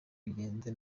kugenda